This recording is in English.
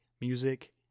music